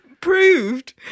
Proved